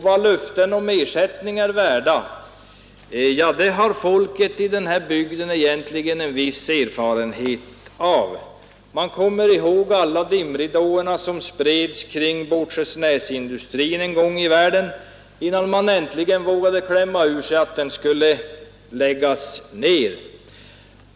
Vad löften om ersättning är värda har folket i den här bygden egentligen en viss erfarenhet av. Man kommer ihåg alla dimridåer som en gång i världen spreds kring Båtskärsnäsindustrin, innan det äntligen kröp fram att den skulle läggas ned.